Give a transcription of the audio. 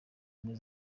ubumwe